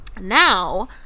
Now